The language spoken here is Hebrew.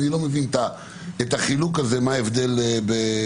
אני לא מבין את החלוקה הזאת וההבדל ביניהם.